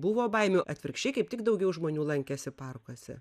buvo baimių atvirkščiai kaip tik daugiau žmonių lankėsi parkuose